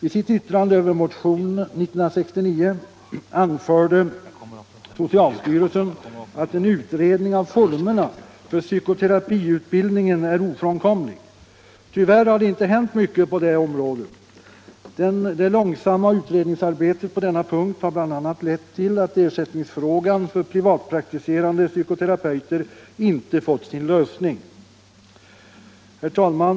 I sitt yttrande över motionen år 1969 anförde socialstyrelsen att en utredning av formerna för psykoterapiutbildningen är ofrånkomlig. Tyvärr har det inte hänt mycket på detta område. Det långsamma utredningsarbetet på denna punkt har bl.a. lett till att ersättningsfrågan för privatpraktiserande psykoterapeuter inte fått sin lösning. Herr talman!